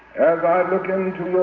as i look into